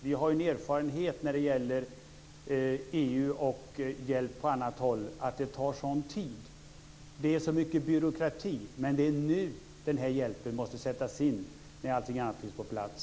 Vi har erfarenhet när det gäller EU och hjälp på annat håll att det tar sådan tid och är så mycket byråkrati. Men det är nu den här hjälpen måste sättas in, när allting annat finns på plats.